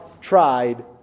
tried